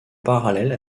parallèle